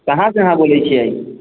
कहाँसे अहाँ बोलै छियै